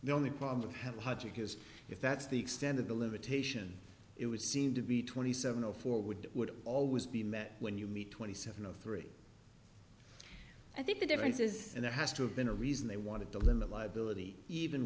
the only problem we have a hardship is if that's the extent of the limitation it would seem to be twenty seven zero four would would always be met when you meet twenty seven o three i think the difference is there has to have been a reason they wanted to limit liability even